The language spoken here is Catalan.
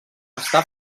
està